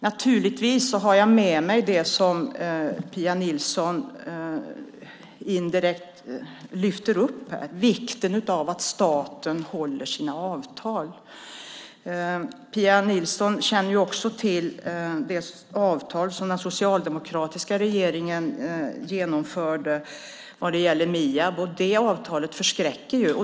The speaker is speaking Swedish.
Naturligtvis har jag med mig det som Pia Nilsson här indirekt lyfter fram, nämligen vikten av att staten håller sina avtal. Pia Nilsson känner också till det avtal som den socialdemokratiska regeringen genomförde vad gäller Miab. Det avtalet förskräcker.